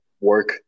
work